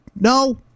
No